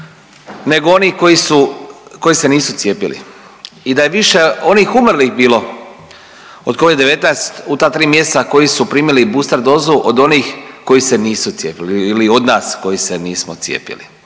nego onih koji se nisu cijepili. I da je više onih umrlih bilo od Covid-19 u ta 3 mjeseca koji su primili booster dozu od onih koji se nisu cijepili ili od nas koji se nismo cijepili.